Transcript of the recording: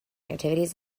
activities